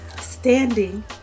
standing